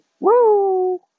Woo